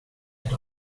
add